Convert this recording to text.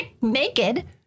naked